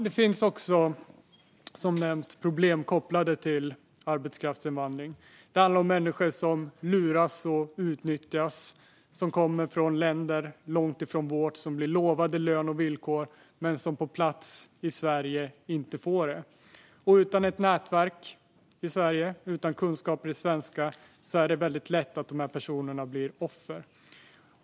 Det finns också, som nämnt, problem kopplade till arbetskraftsinvandring. Det handlar om människor som luras och utnyttjas. De kommer från länder långt ifrån vårt och blir lovade lön och villkor, men på plats i Sverige får de inte det. Utan ett nätverk i Sverige och utan kunskaper i svenska blir de lätt offer.